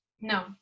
No